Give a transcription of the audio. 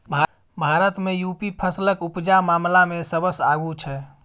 भारत मे युपी फसलक उपजा मामला मे सबसँ आगु छै